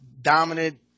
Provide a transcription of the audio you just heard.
dominant